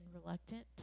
reluctant